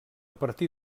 partir